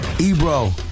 Ebro